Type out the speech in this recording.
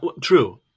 true